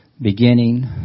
beginning